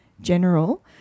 general